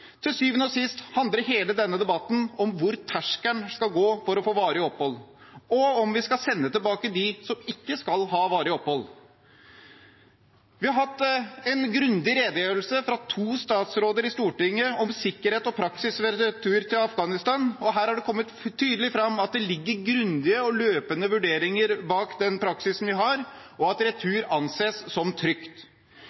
Til syvende og sist handler hele denne debatten om hvor terskelen skal gå for å få varig opphold, og om vi skal sende tilbake dem som ikke skal ha varig opphold. Vi har fått en grundig redegjørelse fra to statsråder i Stortinget om sikkerhet og praksis ved retur til Afghanistan, og her har det kommet tydelig fram at det ligger grundige og løpende vurderinger bak den praksisen vi har, og at